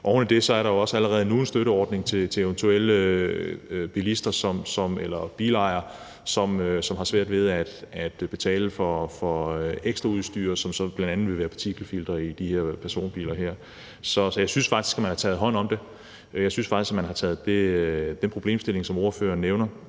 Oven i det er der jo også allerede nu en støtteordning til eventuelle bilejere, som har svært ved at betale for ekstraudstyr, som så bl.a. vil være partikelfiltre i de her personbiler. Så jeg synes faktisk, at man har taget hånd om det. Jeg synes faktisk, at man har taget den problemstilling, som ordføreren nævner,